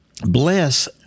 Bless